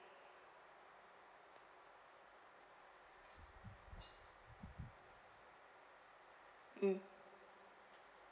mm